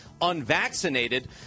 unvaccinated